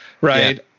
right